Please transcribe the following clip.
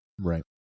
Right